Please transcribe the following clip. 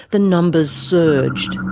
the numbers surged.